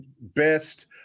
best